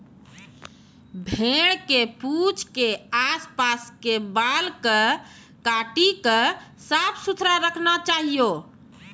भेड़ के पूंछ के आस पास के बाल कॅ काटी क साफ सुथरा रखना चाहियो